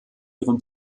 ihren